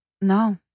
no